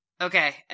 Okay